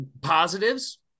positives